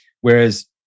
Whereas